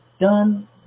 done